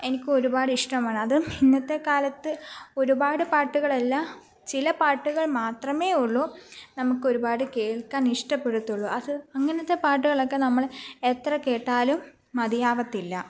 എനിക്ക് ഒരുപാട് ഇഷ്ടമാണ് അതും ഇന്നത്തെ കാലത്ത് ഒരുപാട് പാട്ടുകളല്ല ചില പാട്ടുകൾ മാത്രമേ ഉള്ളു നമുക്ക് ഒരുപാട് കേൾക്കാൻ ഇഷ്ടപ്പെടത്തൊള്ളൂ അത് അങ്ങനത്തെ പാട്ടുകളൊക്കെ നമ്മൾ എത്ര കേട്ടാലും മതിയാവത്തില്ല